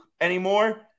anymore